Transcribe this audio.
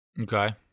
okay